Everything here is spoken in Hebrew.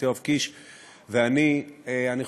חבר כנסת יואב קיש ואני,